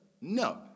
No